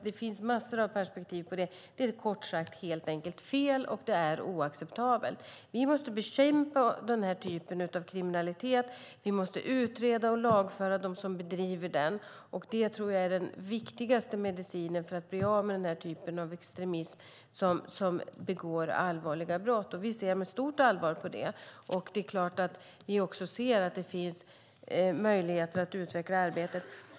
Det finns alltså många perspektiv på detta. Det är kort sagt fel och oacceptabelt. Vi måste bekämpa denna typ av kriminalitet. Vi måste utreda och lagföra dem som bedriver den. Det är den viktigaste medicinen för att bli av med den typ av extremism som ligger bakom allvarliga brott. Vi ser med stort allvar på detta, och vi ser självklart också att det finns möjligheter att utveckla arbetet.